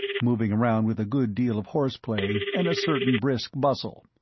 moving around with a good deal of horseplay and a certain brisk bustle.